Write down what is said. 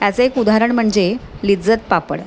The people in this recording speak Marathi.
याचं एक उदाहरण म्हणजे लिज्जत पापड